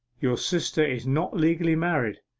your sister is not legally married!